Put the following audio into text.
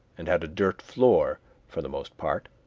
and had a dirt floor for the most part,